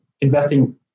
investing